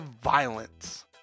violence